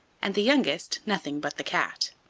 and the youngest nothing but the cat.